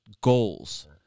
goals